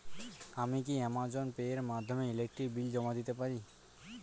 আমি কি Amazon Pay এর মাধ্যমে ইলেকট্রিক বিল জমা দিতে পারি?